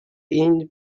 ibn